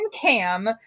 cam